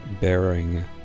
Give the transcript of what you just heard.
bearing